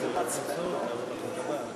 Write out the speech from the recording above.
בוררות חובה בתובענה כספית),